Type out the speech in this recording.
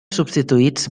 substituïts